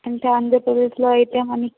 అంటే ఆంధ్రప్రదేశ్లో అయితే మనకి